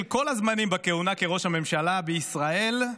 כל הזמנים בכהונה כראש הממשלה בישראל,